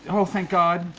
oh, thank god.